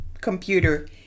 computer